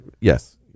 Yes